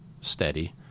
steady